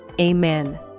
Amen